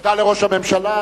תודה לראש הממשלה.